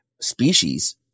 species